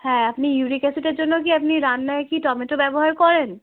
হ্যাঁ আপনি ইউরিক অ্যাসিডের জন্য কি আপনি রান্নায় কি টমেটো ব্যবহার করেন